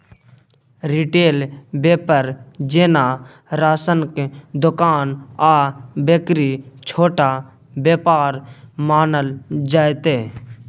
retail बेपार जेना राशनक दोकान आ बेकरी छोट बेपार मानल जेतै